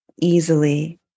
easily